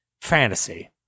Fantasy